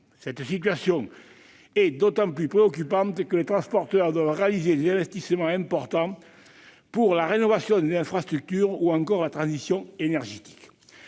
Cette situation est d'autant plus préoccupante que les transporteurs doivent réaliser des investissements importants pour la rénovation des infrastructures ou encore la transition énergétique.